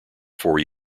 four